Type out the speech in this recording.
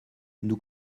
nous